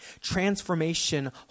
Transformation